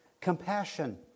compassion